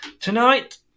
Tonight